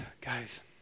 Guys